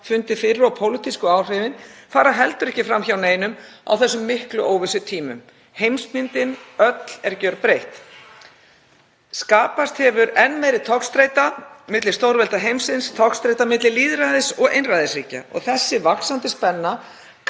fundið fyrir, og pólitísku áhrifin fara heldur ekki fram hjá neinum á þessum miklu óvissutímum. Heimsmyndin öll er gjörbreytt. Skapast hefur enn meiri togstreita milli stórvelda heimsins, togstreita milli lýðræðis og einræðisríkja. Þessi vaxandi spenna